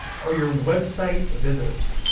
are your website visitors.